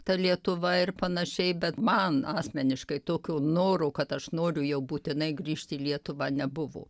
ta lietuva ir panašiai bet man asmeniškai tokio noro kad aš noriu jau būtinai grįžt į lietuvą nebuvo